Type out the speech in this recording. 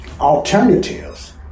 alternatives